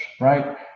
right